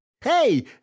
Hey